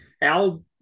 Al